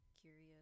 curious